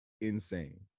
insane